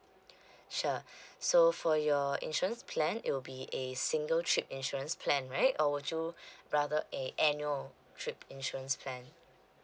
sure so for your insurance plan it will be a single trip insurance plan right or would you rather a annual trip insurance plan